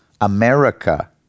America